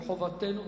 וחובתנו,